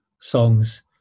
songs